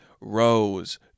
Rose